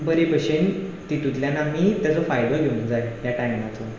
बरे भशेन तितुंतल्यान आमी ताचो फायदो घेवूंक जाय त्या टायमाचो